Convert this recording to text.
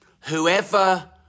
whoever